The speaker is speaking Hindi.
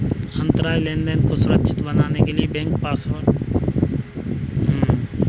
अंतरजाल लेनदेन को सुरक्षित बनाने के लिए बैंक पासवर्ड का प्रयोग करता है